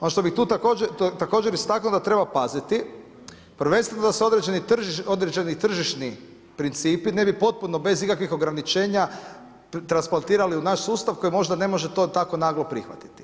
Ono što bi tu također istaknuo, da treba paziti, da se određeni tržišni principi ne bi potpuno, bez ikakvih ograničenja transplantirali u naš sustav, koji možda ne može to tako naglo prihvatiti.